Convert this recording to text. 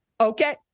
okay